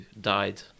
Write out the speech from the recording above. died